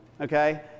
okay